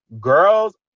girls